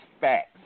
facts